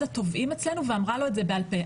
התובעים אצלנו ואמרה לו את זה בעל פה.